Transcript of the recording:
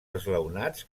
esglaonats